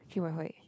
three point five